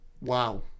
Wow